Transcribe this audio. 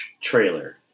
trailer